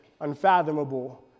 unfathomable